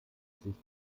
sich